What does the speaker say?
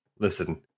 Listen